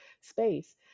space